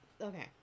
Okay